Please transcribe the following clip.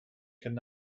could